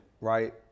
right